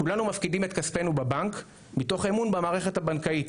כולנו מפקידים את כספנו בבנק מתוך אמון במערכת הבנקאית,